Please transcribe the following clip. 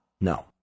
No